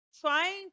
trying